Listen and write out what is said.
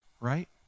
right